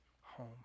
home